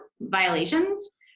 violations